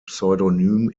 pseudonym